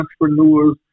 entrepreneurs